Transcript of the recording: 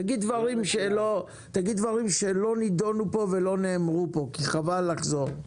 תגיד דברים שלא נידונו פה ולא נאמרו פה כי חבל לחזור.